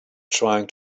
trying